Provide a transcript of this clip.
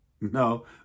No